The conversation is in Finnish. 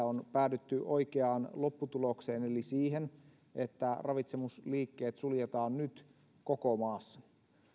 on päädytty oikeaan lopputulokseen eli siihen että ravitsemusliikkeet suljetaan nyt koko maassa